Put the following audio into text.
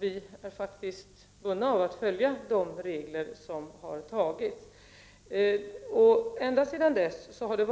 Vi är bundna av de regler som har antagits. Ända sedan dess har det